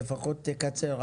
לפחות תקצר.